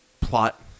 plot